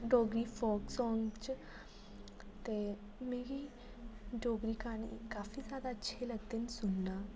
Dogri folk song च ते मिगी डोगरी गाने काफी जादा अच्छे लगदे न सुनना